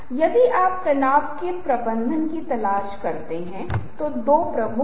क्योंकि रंग भावनाओं से जुड़े होते हैं जैसा कि हम दृश्य संचार पर बात करेंगे